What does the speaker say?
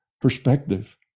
perspective